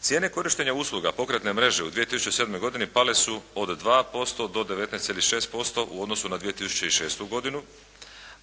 Cijene korištenja usluga pokretne mreže u 2007. godini pale su od 2% do 19,6% u odnosu na 2006. godinu,